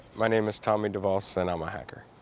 my name is tommy devoss and i'm a hacker.